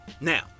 Now